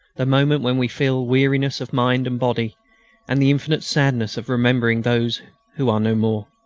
the moment when we feel weariness of mind and body and the infinite sadness of remembering those who are no more.